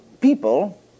people